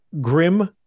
grim